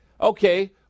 okay